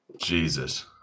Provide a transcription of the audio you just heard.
Jesus